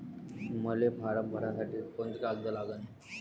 मले फारम भरासाठी कोंते कागद लागन?